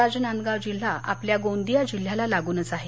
राजनांदगाव जिल्हा आपल्या गोंदिया जिल्ह्याला लागूनच आहे